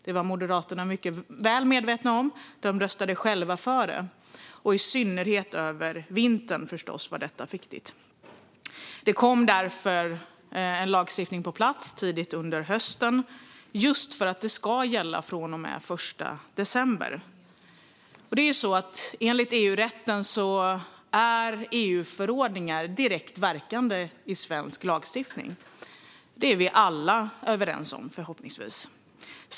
Det var Moderaterna mycket väl medvetna om. De röstade själva för det. Det var förstås viktigt, i synnerhet över vintern. Det kom därför en lagstiftning på plats tidigt under hösten just för att det ska gälla från och med den 1 december. Enligt EU-rätten är EU-förordningar direkt verkande i svensk lagstiftning. Det är vi förhoppningsvis alla överens om.